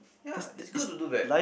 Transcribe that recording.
ya is good to do that